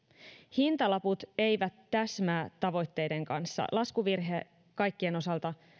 hintalaput eivät täsmää tavoitteiden kanssa laskuvirhe kaikkien osalta